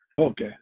Okay